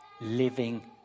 living